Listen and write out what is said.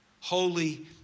holy